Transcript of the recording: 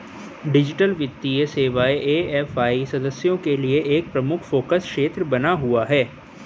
digital वित्तीय सेवाएं AFI सदस्यों के लिए एक प्रमुख फोकस क्षेत्र बना हुआ है